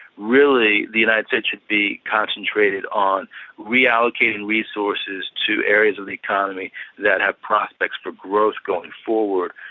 really the united states should be concentrated on reallocating resources to areas of the economy that have prospects for growth going forward.